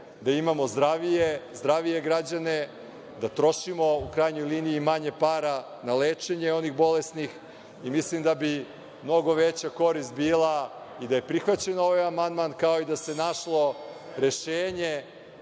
da imamo zdravije građane, da trošimo u krajnjoj liniji manje para na lečenje onih bolesnih i mislim da bi mnogo veća korist bila i da je prihvaćen ovaj amandman, kao i da se našlo rešenje